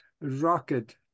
rocket